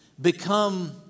become